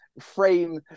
frame